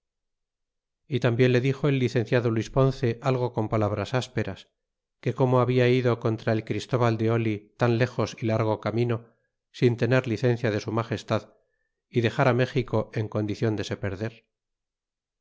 y tambien le dixo el licenciado luis ponce algo con palabras asperas que como habia ido contra el christóval de oli tan lexos y largo camino sin tener licencia de su magestad y dexar méxico en condicion de se